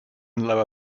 lower